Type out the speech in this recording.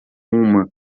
uma